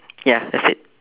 ya that's it